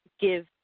give